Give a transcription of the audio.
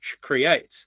creates